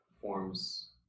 forms